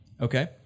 Okay